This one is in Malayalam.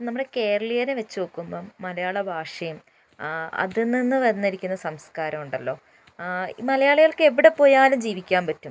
നമ്മുടെ കേരളീയരെ വച്ചുനോക്കുമ്പം മലയാള ഭാഷയും അതിൽനിന്ന് വന്നിരിക്കുന്ന സംസ്കാരമുണ്ടല്ലോ മലയാളികൾക്ക് എവിടെ പോയാലും ജീവിക്കാൻ പറ്റും